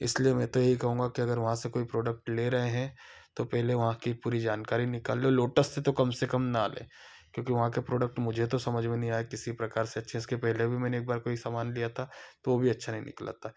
इसलिए मैं तो यही कहूँगा कि अगर वहाँ से कोई प्रोडक्ट ले रहे हैं तो पहले वहाँ की पूरी जानकारी निकाल लो लोटस से तो कम से कम ना लें क्योंकि वहाँ के प्रोडक्ट मुझे तो समझ में नहीं आया किसी प्रकार से अच्छे इसके पहले भी मैंने एक बार कोई समान लिया था तो भी अच्छा नहीं निकला था